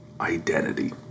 identity